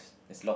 it's locked